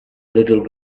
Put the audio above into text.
little